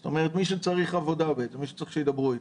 זאת אומרת, מי שצריך שידברו איתו.